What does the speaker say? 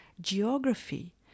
geography